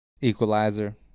Equalizer